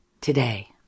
today